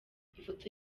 ifoto